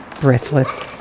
breathless